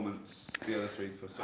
the other three for.